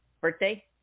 birthday